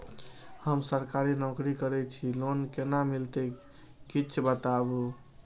हम सरकारी नौकरी करै छी लोन केना मिलते कीछ बताबु?